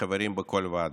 מהחברים בכל ועדה.